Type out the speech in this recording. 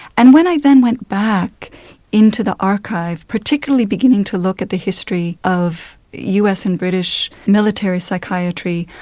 and when i then went back into the archive, particularly beginning to look at the history of us and british military psychiatry,